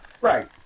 Right